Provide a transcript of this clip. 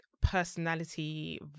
personality